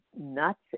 nuts